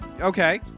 Okay